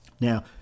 Now